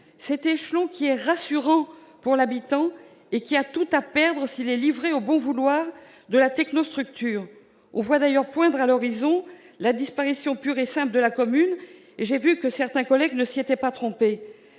cet échelon qui est rassurant pour l'habitant qui a tout à perdre s'il est livré au bon vouloir de la technostructure. On voit d'ailleurs poindre à l'horizon la disparition pure et simple de la commune-certains collègues ne s'y sont pas trompés.